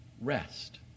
rest